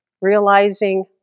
realizing